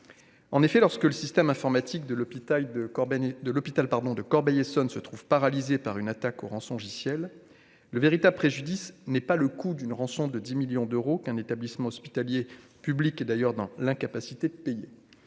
en effet, lorsque le système informatique de l'hôpital de Corbeny de l'hôpital, pardon de Corbeil-Essonnes se trouve paralysé par une attaque au rançongiciel, le véritable préjudice n'est pas le coup d'une rançon de 10 millions d'euros qu'un établissement hospitalier public et d'ailleurs dans l'incapacité de payer